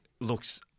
looks